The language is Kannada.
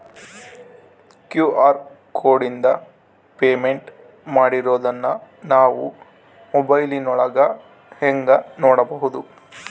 ಕ್ಯೂ.ಆರ್ ಕೋಡಿಂದ ಪೇಮೆಂಟ್ ಮಾಡಿರೋದನ್ನ ನಾವು ಮೊಬೈಲಿನೊಳಗ ಹೆಂಗ ನೋಡಬಹುದು?